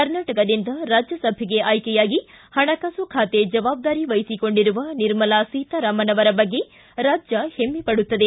ಕರ್ನಾಟಕದಿಂದ ರಾಜ್ಜಸಭೆಗೆ ಆಯ್ಕೆಯಾಗಿ ಹಣಕಾಸು ಖಾತೆ ಜವಾಬ್ದಾರಿ ವಹಿಸಿಕೊಂಡಿರುವ ನಿರ್ಮಲಾ ಸೀತಾರಾಮನ್ ಅವರ ಬಗ್ಗೆ ರಾಜ್ಯ ಹೆಮ್ಮೆ ಪಡುತ್ತದೆ